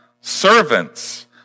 Servants